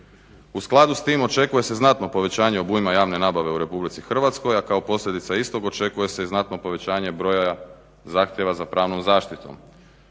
U skladu s tim očekuje se znatno povećanje obujma javne nabave u RH a kao posljedica istog očekuje se i znatno povećanje broja zahtjeva za pravnom zaštitom.